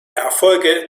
erfolge